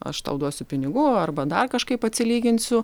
aš tau duosiu pinigų arba dar kažkaip atsilyginsiu